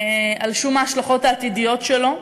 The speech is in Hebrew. על שום ההשלכות העתידיות שלו,